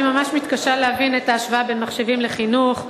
אני ממש מתקשה להבין את ההשוואה בין מחשבים ללחם.